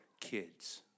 kids